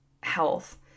health